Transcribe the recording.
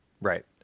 Right